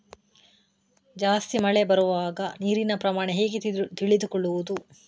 ಜಾಸ್ತಿ ಮಳೆ ಬರುವಾಗ ನೀರಿನ ಪ್ರಮಾಣ ಹೇಗೆ ತಿಳಿದುಕೊಳ್ಳುವುದು?